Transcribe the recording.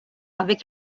avec